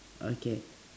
okay